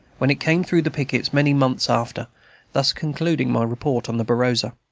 when it came through the pickets, many months after thus concluding my report on the berosa.